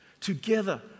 Together